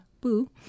boo